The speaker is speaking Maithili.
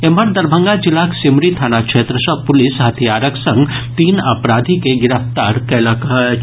एम्हर दरभंगा जिलाक सिमरी थाना क्षेत्र सँ पुलिस हथियारक संग तीन अपराधी के गिरफ्तार कयलक अछि